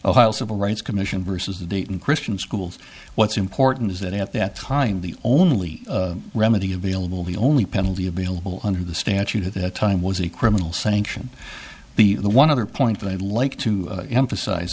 civil rights commission versus the dayton christian schools what's important is that at that time the only remedy available the only penalty available under the statute at that time was a criminal sanction be the one other point that i'd like to emphasize